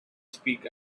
speak